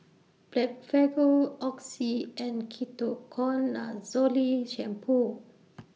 Blephagel Oxy and Ketoconazole Shampoo